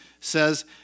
says